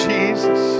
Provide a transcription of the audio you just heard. Jesus